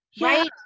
Right